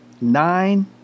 nine